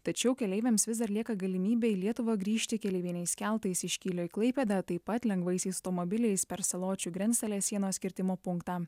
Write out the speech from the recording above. tačiau keleiviams vis dar lieka galimybė į lietuvą grįžti keleiviniais keltais iš kylio į klaipėdą taip pat lengvaisiais automobiliais per saločių grensalės sienos kirtimo punktą